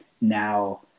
now